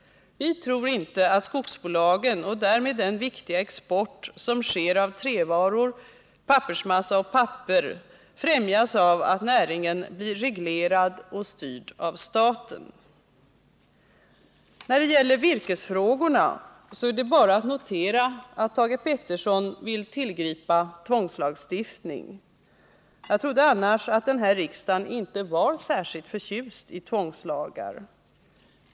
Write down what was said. Vi tror inte att skogsbolagen och därmed den viktiga export som sker av trävaror, pappersmassa och papper främjas av att näringen blir reglerad och styrd av staten. När det gäller virkesfrågorna är det bara att notera att Thage Peterson vill tillgripa tvångslagstiftning. Jag trodde annars att denna riksdag inte var särskilt förtjust i tvångslagar.